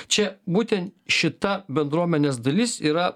čia būtent šita bendruomenės dalis yra